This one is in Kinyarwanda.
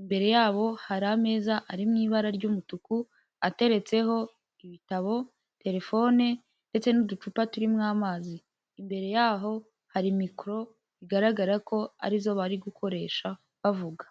imbere yabo hari ameza ari mu ibara ry'umutuku, ateretseho ibitabo, telefone ndetse n'uducupa turimo amazi, imbere y'aho hari mikoro bigaragara ko arizo bari gukoresha bavuga.